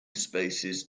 spaces